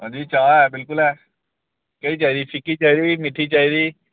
अंजी चाह् ऐ बिलकुल ऐ केह् चाहिदी फीकी चाहिदी मिट्ठी ऐ